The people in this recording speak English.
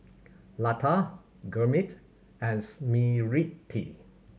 Lata Gurmeet and Smriti